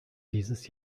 dieses